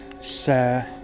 sir